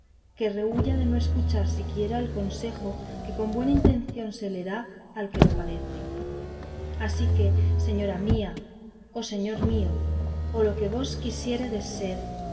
que rehúya de no escuchar siquiera el consejo que con buena intención se le da al que lo padece así que señora mía o señor mío o lo que vos quisierdes ser